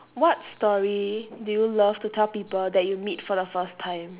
what story do you love to tell people that you meet for the first time